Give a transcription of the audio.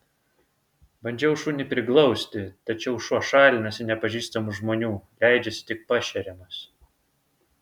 bandžiau šunį priglausti tačiau šuo šalinasi nepažįstamų žmonių leidžiasi tik pašeriamas